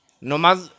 Nomás